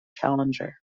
challenger